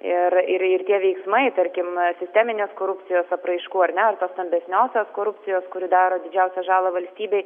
ir ir ir tie veiksmai tarkim sisteminės korupcijos apraiškų ar ne ar tos stambesniosios korupcijos kuri daro didžiausią žalą valstybei